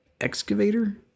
Excavator